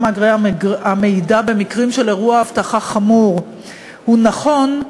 מאגרי המידע במקרים של אירוע אבטחה חמור הוא נכון,